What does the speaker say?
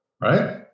right